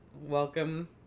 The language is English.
Welcome